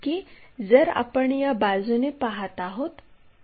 तर बिंदू d हा 15 मि